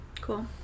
cool